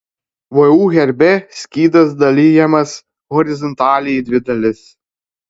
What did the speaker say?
vu herbe skydas dalijamas horizontaliai į dvi dalis